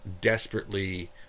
desperately